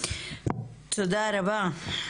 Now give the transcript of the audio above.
תודה רבה.